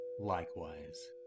likewise